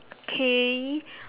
okay